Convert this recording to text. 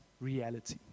reality